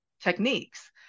techniques